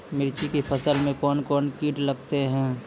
मिर्ची के फसल मे कौन कौन कीट लगते हैं?